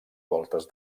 voltes